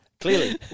Clearly